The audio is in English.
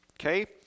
Okay